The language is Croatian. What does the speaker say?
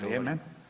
Vrijeme.